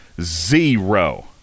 zero